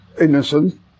innocent